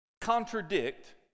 contradict